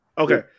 Okay